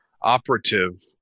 operative